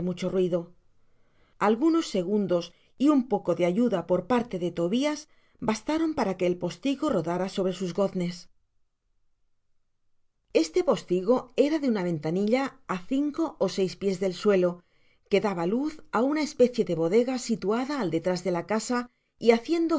ruido algunos segundos y un poco de ayuda por parte de tobias bastaron para que el postigo rodara sobre sus goznes este postigo era de una ventanilla á cinco ó seis piés del suelo que daba luz á una especie de bodega situada al detrás deja casa y haciendo